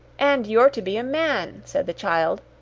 and you're to be a man! said the child,